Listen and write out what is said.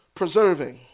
preserving